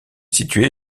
située